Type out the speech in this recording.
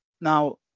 Now